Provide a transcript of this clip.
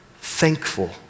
thankful